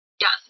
yes